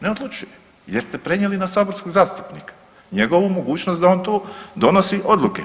Ne odlučuje, jer ste prenijeli na saborskog zastupnika njegovu mogućnost da on to donosi odluke.